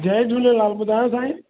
जय झूलेलाल ॿुधायो साईं